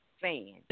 fan